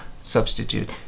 substitute